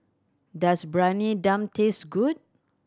does Briyani Dum taste good